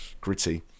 gritty